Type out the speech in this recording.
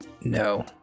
No